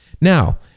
Now